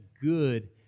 good